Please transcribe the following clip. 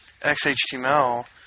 XHTML